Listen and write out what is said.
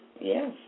Yes